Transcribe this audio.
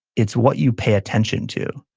it's what you pay attention to.